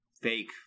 fake